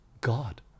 God